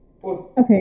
Okay